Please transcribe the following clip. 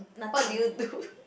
what do you do